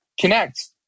connect